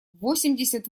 восемьдесят